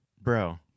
Bro